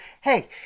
Hey